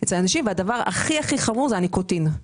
הדבר הכי חמור זה הניקוטין,